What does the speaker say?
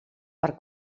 per